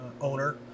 owner